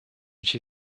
she